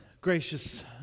Gracious